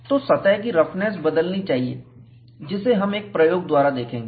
तो सतह की रफनेस बदलनी चाहिए जिसे हम एक प्रयोग द्वारा देखेंगे